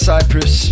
Cyprus